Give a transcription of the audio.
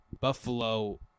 Buffalo